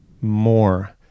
more